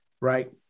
right